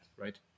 right